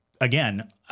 again